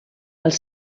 els